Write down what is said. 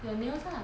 the nails lah